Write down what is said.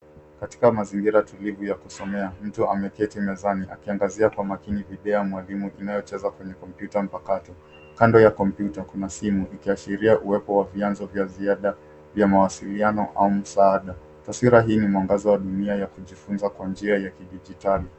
Katika mazingira tulivu ya kusomea, mtu ameketi mezani akiangazia kwa makini video ya mwalimu inayocheza kwenye kompyuta mpakato. Kando ya kompyuta kuna simu ikiashiria uwepo wa vianzo vya ziada vya mawasiliano au msaada. Taswira hii ni mwangaza wa dunia ya kujifunza kwa njia ya kidijitali.